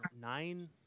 nine